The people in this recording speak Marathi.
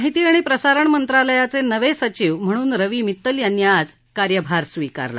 माहिती आणि प्रसारण मंत्रालयाचनिवसिचिव म्हणून रवी मित्तल यांनी आज कार्यभार स्वीकारला